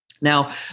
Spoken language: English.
Now